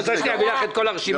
את רוצה שאביא לך את כל הרשימה?